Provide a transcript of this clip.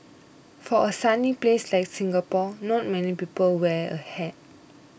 for a sunny place like Singapore not many people wear a hat